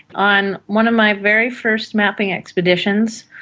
on one of my very first mapping expeditions,